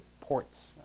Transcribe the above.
ports